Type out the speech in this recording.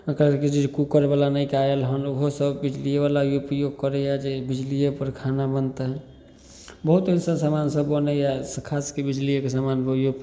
एखन कि छै कुकरवला नवका आएल हँ ओहोसब बिजलिएवला उपयोग करैए जे बिजलिएपर खाना बनतै बहुत एहन सब समान सब बनैए खासके बिजलिएके समान होइए उपयोग